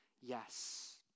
yes